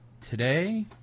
today